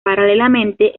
paralelamente